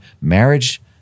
marriage